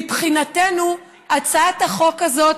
מבחינתנו, הצעת החוק הזאת,